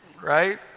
Right